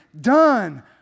done